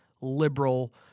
liberal